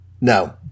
No